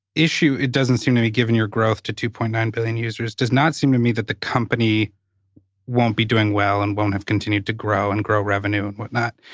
issue, it doesn't seem to be, given your growth to two. nine billion users, does not seem to me that the company won't be doing well and won't have continued to grow and grow revenue and what not.